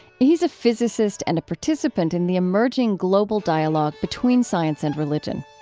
he's a physicist and a participant in the emerging global dialogue between science and religion.